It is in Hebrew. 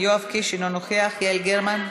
יואב קיש, אינו נוכח, יעל גרמן.